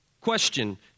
Question